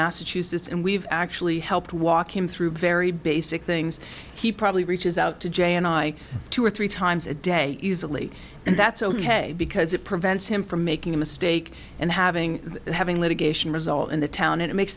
massachusetts and we've actually helped walk him through very basic things he probably reaches out to jay and i two or three times a day easily and that's ok because it prevents him from making a mistake and having having litigation result in the town it makes